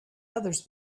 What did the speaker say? others